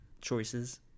choices